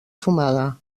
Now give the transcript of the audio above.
fumada